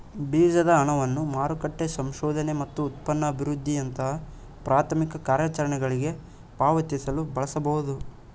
ಬೀಜದ ಹಣವನ್ನ ಮಾರುಕಟ್ಟೆ ಸಂಶೋಧನೆ ಮತ್ತು ಉತ್ಪನ್ನ ಅಭಿವೃದ್ಧಿಯಂತಹ ಪ್ರಾಥಮಿಕ ಕಾರ್ಯಾಚರಣೆಗಳ್ಗೆ ಪಾವತಿಸಲು ಬಳಸಬಹುದು